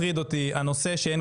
לסטארט-אפ שמגיע.